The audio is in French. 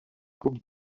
coupes